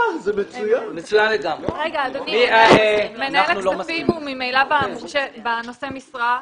מנהל הכספים הוא ממילא נושא משרה.